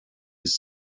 his